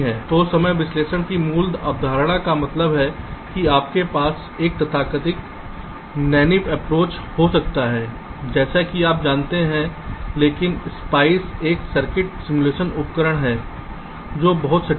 तो समय विश्लेषण की मूल अवधारणा का मतलब है कि आपके पास एक तथाकथित नैनीव अप्रोच हो सकता है जैसा कि आप जानते हैं लेकिन स्पाइस एक सर्किट सिमुलेशन उपकरण है जो बहुत सटीक है